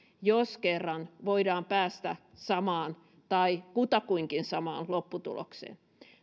jos kerran voidaan päästä samaan tai kutakuinkin samaan lopputulokseen